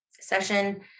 session